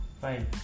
fine